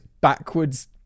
backwards